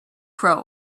crow